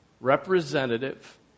representative